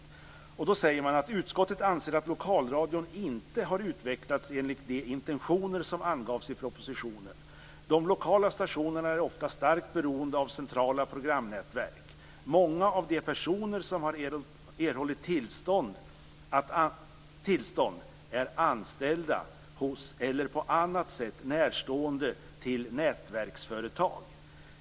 Man säger från konstitutionsutskottets majoritet följande: "Utskottet anser att lokalradion inte har utvecklats enligt de intentioner som angavs i propositionen. De lokala stationerna är ofta starkt beroende av centrala programnätverk. Många av de personer som har erhållit tillstånd är anställda hos eller på annat sätt närstående till nätverksföretag.